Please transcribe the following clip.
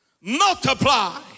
multiply